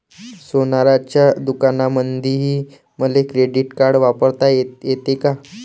सोनाराच्या दुकानामंधीही मले क्रेडिट कार्ड वापरता येते का?